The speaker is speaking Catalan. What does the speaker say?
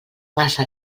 massa